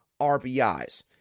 RBIs